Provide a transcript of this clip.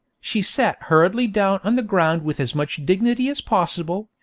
she sat hurriedly down on the ground with as much dignity as possible,